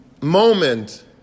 moment